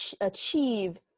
achieve